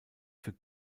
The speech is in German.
für